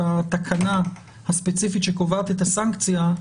התקנה הספציפית שקובעת את הסנקציה,